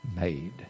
made